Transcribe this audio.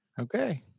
Okay